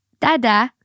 dada